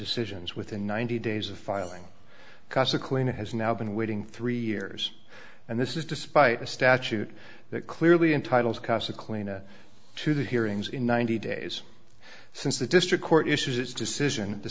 decisions within ninety days of filing class a clean it has now been waiting three years and this is despite a statute that clearly entitles casa cleena to the hearings in ninety days since the district court issues its decision the